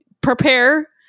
prepare